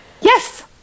Yes